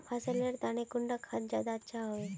फसल लेर तने कुंडा खाद ज्यादा अच्छा हेवै?